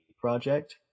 project